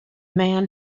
man